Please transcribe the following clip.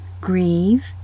grieve